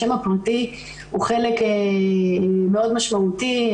השם הפרטי הוא חלק מאוד משמעותי.